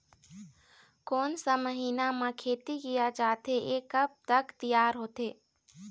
कोन सा महीना मा खेती किया जाथे ये कब तक तियार होथे?